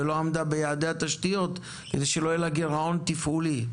לא עמדה ביעדי התשתיות ובלמה השקעות כדי שלא יהיה לה גירעון תפעולי.